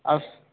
अस्